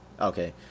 Okay